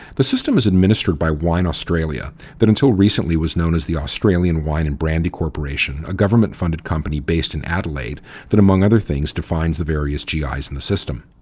the system is administered by wine australia that until recently was known as the australian wine and brandy corporation, a government-funded company based in adelaide that, among other things, defines the various gi's in and the system.